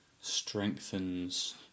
strengthens